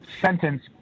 sentence